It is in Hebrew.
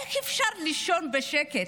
איך אפשר לישון בשקט?